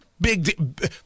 Big